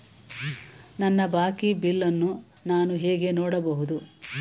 ನನ್ನ ಬಾಕಿ ಬಿಲ್ ಅನ್ನು ನಾನು ಹೇಗೆ ನೋಡಬಹುದು?